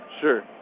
Sure